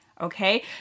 Okay